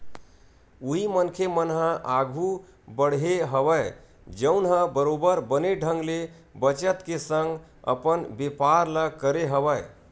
उही मनखे मन ह आघु बड़हे हवय जउन ह बरोबर बने ढंग ले बचत के संग अपन बेपार ल करे हवय